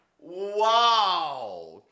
Wow